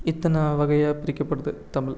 இத்தனை வகையாக பிரிக்கப்படுது தமிழ்